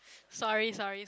sorry sorry